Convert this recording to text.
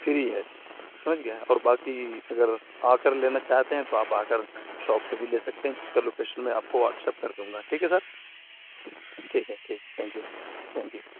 free ہے سمجھ گئے ہیں اور باقی اگر آ کر لینا چاہتے ہیں تو آپ آ کر شاپ پہ بھی لے سکتے ہیں اس کا لوکیشن میں آپ کو واٹسیپ کر دوں گا ٹھیک ہے سر ٹھیک ہے ٹھیک ہے thank you thank you sir